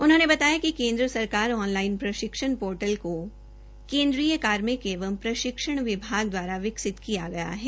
उन्होंने बताया कि केन्द्र सरकार ऑनलाइन प्रशिक्षण पोर्टल को केंद्रीय कार्मिक एवं प्रशिक्षण विभाग द्वारा विकसित किया गया है